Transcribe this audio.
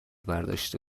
برداشته